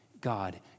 God